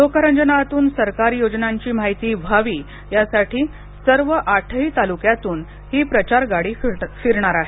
लोकरंजनातून सरकारी योजनांची माहिती व्हावी यासाठी सर्व आठही तालुक्यातून ही प्रचार गाडी फिरणार आहे